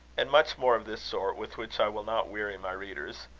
and much more of this sort, with which i will not weary my readers.